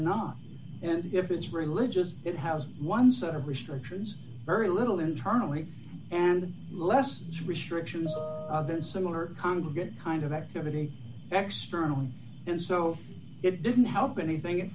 not and if it's religious it has one set of restrictions very little internally and less restrictions than similar congregant kind of activity expert on and so it didn't help anything